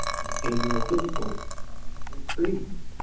and annual physicals and screenings.